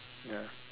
ya